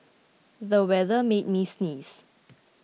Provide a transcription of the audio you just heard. the weather made me sneeze